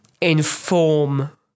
Inform